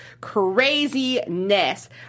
craziness